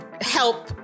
Help